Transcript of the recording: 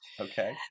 Okay